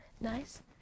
nice